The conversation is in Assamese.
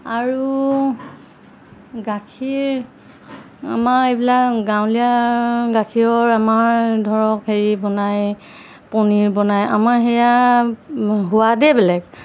আৰু গাখীৰ আমাৰ এইবিলাক গাঁৱলীয়া গাখীৰৰ আমাৰ ধৰক হেৰি বনায় পনীৰ বনায় আমাৰ সেয়া সোৱাদেই বেলেগ